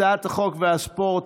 הצעת חוק הספורט,